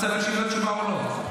אתה רוצה להקשיב לתשובה או לא?